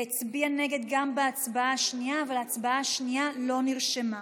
והצביעה נגד גם בהצבעה השנייה אבל ההצבעה השנייה לא נרשמה.